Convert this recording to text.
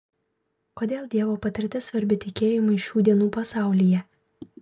kodėl dievo patirtis svarbi tikėjimui šių dienų pasaulyje